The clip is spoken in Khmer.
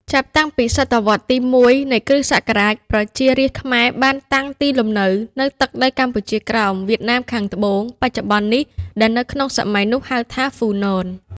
ចាប់តាំងពីសតវត្សរ៍ ទី១ នៃគ្រឹស្តសករាជ ប្រជារាស្ត្រខ្មែរបានតាំងទីលំនៅ នៅទឹកដីកម្ពុជាក្រោម វៀតណាមខាងត្បូង បច្ចុប្បន្ននេះ ដែលនៅក្នុងសម័យនោះ ហៅថា ហ៊្វូណន ។